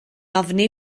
ofni